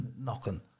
knocking